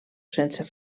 sense